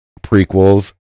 prequels